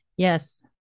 Yes